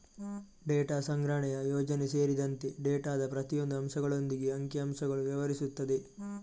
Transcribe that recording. data ಸಂಗ್ರಹಣೆಯ ಯೋಜನೆ ಸೇರಿದಂತೆ ಡೇಟಾದ ಪ್ರತಿಯೊಂದು ಅಂಶಗಳೊಂದಿಗೆ ಅಂಕಿ ಅಂಶಗಳು ವ್ಯವಹರಿಸುತ್ತದೆ